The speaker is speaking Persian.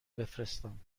بفرستم